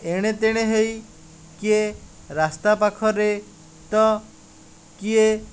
ଏଣେ ତେଣେ ହୋଇ କିଏ ରାସ୍ତା ପାଖରେ ତ କିଏ